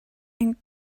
and